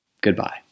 Goodbye